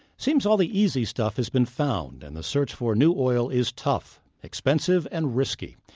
seems all the easy stuff has been found and the search for new oil is tough expensive and risky.